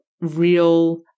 real